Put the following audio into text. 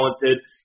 talented